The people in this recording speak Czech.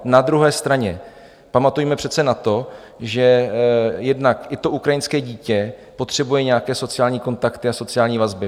Na druhé straně pamatujme přece na to, že jednak i to ukrajinské dítě potřebuje nějaké sociální kontakty a sociální vazby.